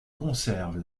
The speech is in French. conserve